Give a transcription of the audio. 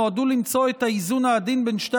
נועדו למצוא את האיזון העדין בין שתי